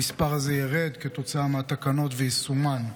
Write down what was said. המספר הזה ירד כתוצאה מהתקנות ויישומן.